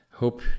Hope